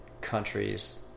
countries